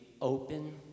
open